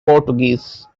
portuguese